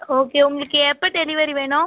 okay உங்களுக்கு எப்போ delivery வேணும்